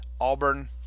Auburn